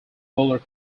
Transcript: muller